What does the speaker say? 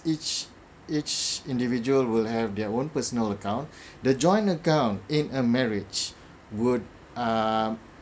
each each individual will have their own personal account the joint account in a marriage would uh